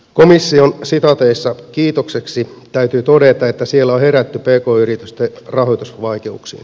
komission kiitokseksi täytyy todeta että siellä on herätty pk yritysten rahoitusvaikeuksiin